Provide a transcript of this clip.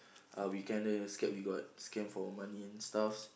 uh we kinda scared we got scammed for money and stuffs